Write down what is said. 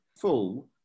full